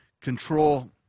control